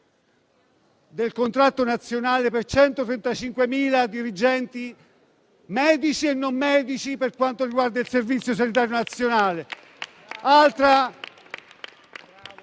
del contratto nazionale per 135.000 dirigenti medici e non, per quanto riguarda il Servizio sanitario nazionale.